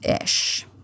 ish